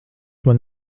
man